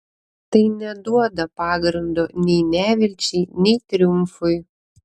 tai neduoda pagrindo nei nevilčiai nei triumfui